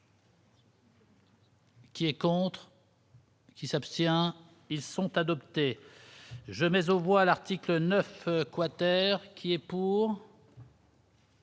Qui est contre. Qui s'abstient ils sont adoptés je mais au bois, l'article 9 quater, qui est pour.